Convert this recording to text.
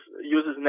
uses